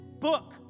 book